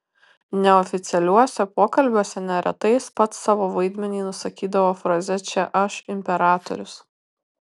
neoficialiuose pokalbiuose neretai jis pats savo vaidmenį nusakydavo fraze čia aš imperatorius